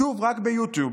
שוב, רק ביוטיוב.